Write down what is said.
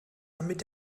damit